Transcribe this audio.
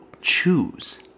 choose